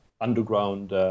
underground